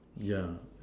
yeah